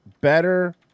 better